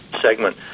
segment